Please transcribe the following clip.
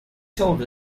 told